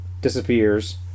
disappears